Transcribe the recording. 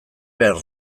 behar